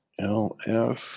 LF